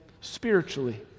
spiritually